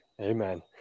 Amen